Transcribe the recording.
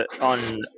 on